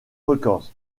records